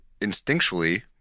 Instinctually